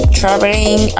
traveling